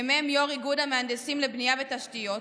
מ"מ יו"ר איגוד המהנדסים לבנייה ותשתיות,